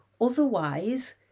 otherwise